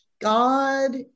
God